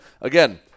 Again